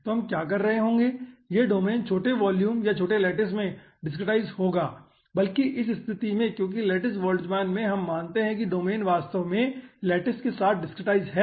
तो हम क्या कर रहे होंगे यह डोमेन छोटे वॉल्यूम या छोटे लैटिस में डिसक्रीटाईज होगा बल्कि इस स्तिथि में क्योंकि लैटिस बोल्ट्ज़मान में हम मानते हैं कि डोमेन वास्तव में लैटिस के साथ डिसक्रीटाईज है